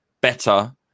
better